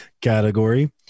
category